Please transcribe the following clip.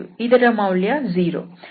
ಆದ್ದರಿಂದ i component 0 ಆಗುತ್ತದೆ